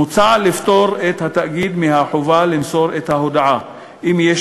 מוצע לפטור את התאגיד מהחובה למסור את ההודעה אם יש